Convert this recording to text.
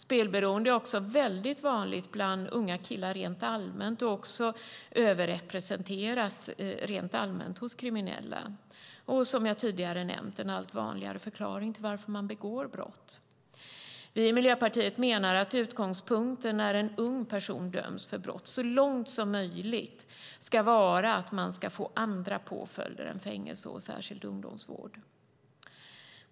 Spelberoende är mycket vanligt bland unga killar rent allmänt och är överrepresenterat hos kriminella, och som jag tidigare nämnt är det en allt vanligare förklaring till att man begår brott. Vi i Miljöpartiet menar att utgångspunkten när en ung person döms för ett brott så långt som möjligt ska vara att man får andra påföljder än fängelse eller särskild ungdomsvård.